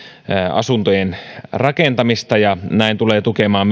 asuntojen rakentamista ja tulee tukemaan